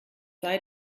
sei